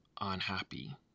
unhappy